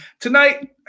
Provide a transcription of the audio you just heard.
tonight